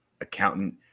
accountant